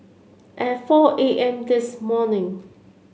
at four A M this morning